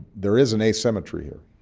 there is an asymmetry here.